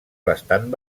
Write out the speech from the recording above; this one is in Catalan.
bastant